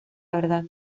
verdad